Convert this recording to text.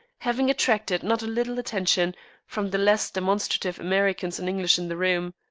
having attracted not a little attention from the less demonstrative americans and english in the room.